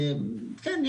כן,